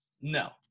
no